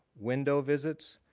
window visits,